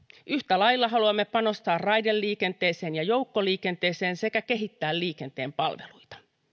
yhtä lailla haluamme panostaa raideliikenteeseen ja joukkoliikenteeseen sekä kehittää liikenteen palveluita